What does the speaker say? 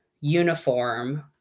uniform